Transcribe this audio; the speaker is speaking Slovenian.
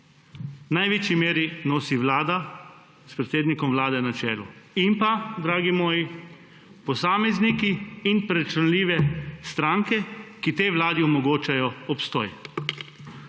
največji meri nosi vlada, s predsednikom vlade na čelu. In pa, dragi moji, posamezniki in preračunljive stranke, ki tej vladi omogočajo obstoj.